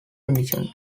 conditions